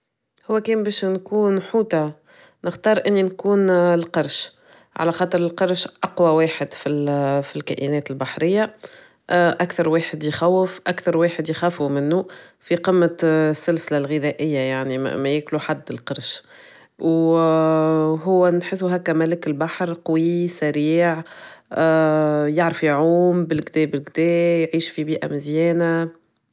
هو كان باش نكون حوتة. نختار اني نكون القرش، على خاطر القرش اقوى واحد في ال في الكائنات البحرية اكثر واحد يخوف اكثر واحد يخافو منه في قمة السلسلة الغذائية يعني ما ياكلو حد القرش، او وهو نحسو هكا ملك البحر قوي سريع يعرف يعوم بالكدا بكدا يعيش في بيئة مزيانة.